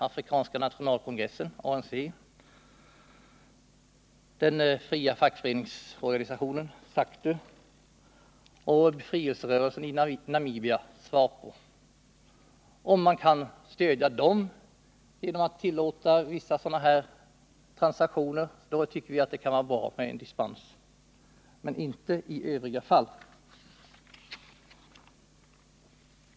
Afrikanska nationalkongressen, ANC, den fria fackföreningsorganisationen SACTU eller befrielserörelsen i Namibia, SWAPO. Om man kan stödja dem genom att tillåta vissa sådana här transaktioner tycker vi att det kan vara bra med en dispensmöjlighet — men inte i övriga fall.